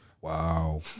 Wow